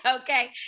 Okay